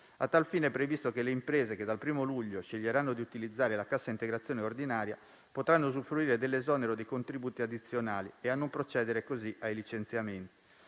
A tal fine, è previsto che le imprese che dal 1° luglio sceglieranno di utilizzare la cassa integrazione guadagni ordinaria (CIGO) potranno usufruire dell'esonero dei contributi addizionali e a non procedere così ai licenziamenti.